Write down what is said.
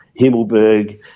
Himmelberg